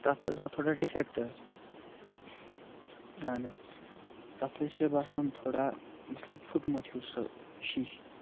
تَتھ حظ آو تھوڑا ڈِفٮ۪کٹ حظ اَہَن حظ تَتھ حظ چھِ باسان تھوڑا مطلب پھٕٹمُت ہیوٗ سُہ شیٖشہٕ